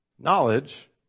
knowledge